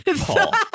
Paul